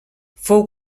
fou